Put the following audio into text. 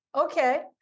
Okay